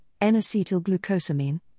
N-acetylglucosamine